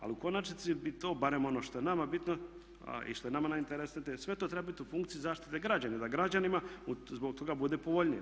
Ali u konačnici bi to barem ono što je nama bitno i što je nama najinteresantnije sve to treba biti u funkciji zaštite građana da građanima zbog toga bude povoljnije.